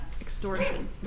extortion